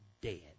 dead